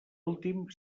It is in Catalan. últim